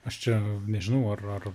aš čia nežinau ar ar